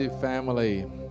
family